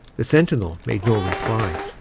the sentinel made no reply.